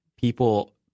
people